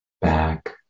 back